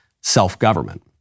self-government